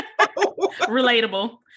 relatable